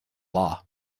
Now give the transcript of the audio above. law